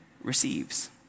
receives